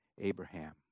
Abraham